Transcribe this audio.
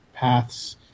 paths